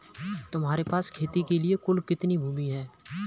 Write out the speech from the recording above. तुम्हारे पास खेती के लिए कुल कितनी भूमि है?